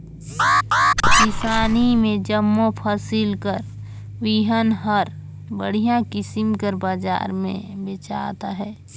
किसानी में जम्मो फसिल कर बीहन हर बड़िहा किसिम कर बजार में बेंचात अहे